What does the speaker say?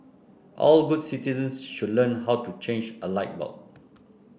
all good citizens should learn how to change a light bulb